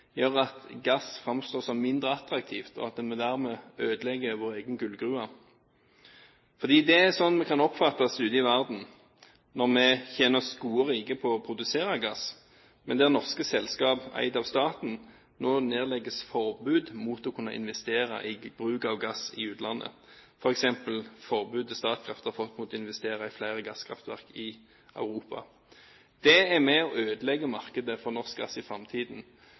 gjør at gass framstår som mindre attraktiv, og at vi dermed ødelegger vår egen gullgruve. For det er slik vi kan oppfattes ute i verden, når vi tjener oss gode og rike på å produsere gass, men der det i norske selskap eid av staten nå nedlegges forbud mot å kunne investere i bruk av gass i utlandet, f.eks. forbudet Statkraft har fått mot å investere i flere gasskraftverk i Europa. Det er med på å ødelegge markedet for norsk gass i framtiden.